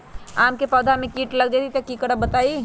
आम क पौधा म कीट लग जई त की करब बताई?